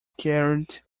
carried